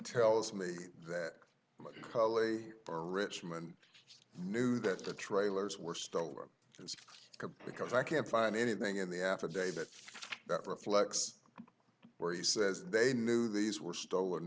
tells me that cali or richmond knew that the trailers were stolen because i can't find anything in the affidavit that reflects where he says they knew these were stolen